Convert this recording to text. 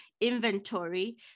inventory